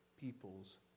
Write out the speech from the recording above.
people's